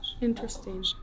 interesting